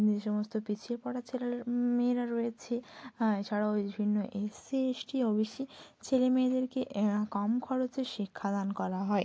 যে সমস্ত পিছিয়ে পড়া ছেলে মেয়েরা রয়েছে এছাড়াও বিভিন্ন এসসি এসটি ওবিসি ছেলে মেয়েদেরকে কম খরচে শিক্ষা দান করা হয়